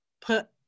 put